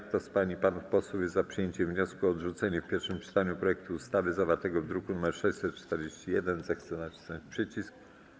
Kto z pań i panów posłów jest za przyjęciem wniosku o odrzucenie w pierwszym czytaniu projektu ustawy zawartego w druku nr 641, zechce nacisnąć przycisk.